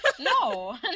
No